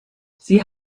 sie